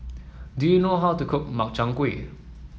do you know how to cook Makchang Gui